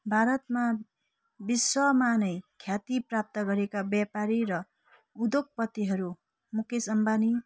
भारतमा विश्वमा नै ख्यातिप्राप्त गरेका व्यापारी र उद्योगपतिहरू मुकेस अम्बानी